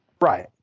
Right